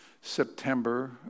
September